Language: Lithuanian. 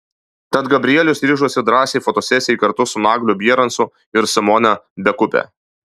tad gabrielius ryžosi drąsiai fotosesijai kartu su nagliu bierancu ir simona bekupe